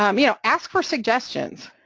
um you know, ask for suggestions.